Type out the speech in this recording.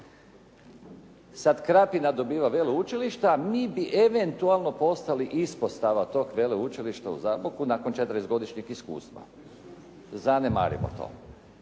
sada Krapina dobiva veleučilišta, a mi bi eventualno postali ispostava toga veleučilišta u Zaboku nakon 40-godišnjeg iskustva. Zanemarimo to.